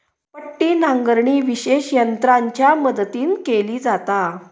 पट्टी नांगरणी विशेष यंत्रांच्या मदतीन केली जाता